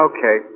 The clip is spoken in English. Okay